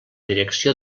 direcció